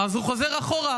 אז הוא חוזר אחורה.